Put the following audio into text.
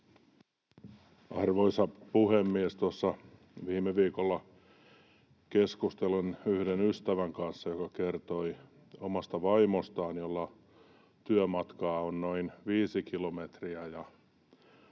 Arvoisa puhemies! Tuossa viime viikolla keskustelin yhden ystävän kanssa, joka kertoi omasta vaimostaan, jolla työmatkaa on noin viisi kilometriä.